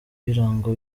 ibirango